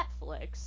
Netflix